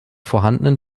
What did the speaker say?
vorhandenen